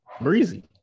breezy